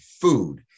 Food